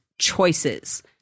choices